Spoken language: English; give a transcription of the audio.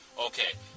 okay